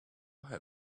her